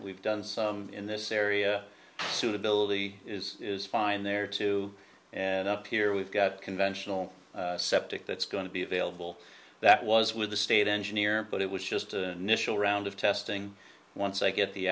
we've done some in this area suitability is is fine there too and up here we've got conventional septic that's going to be available that was with the state engineer but it was just a nischelle round of testing once i